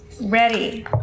Ready